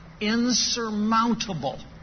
insurmountable